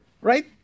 right